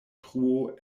truo